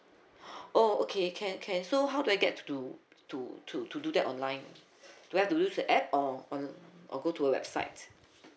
oh okay can can so how do I get to to to to do that online do I have to use the app or or go to a website